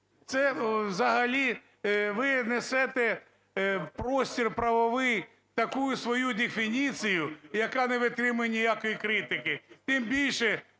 Це взагалі ви несете в простір правовий таку свою дефініцію, яка не витримує ніякої критики. Тим більше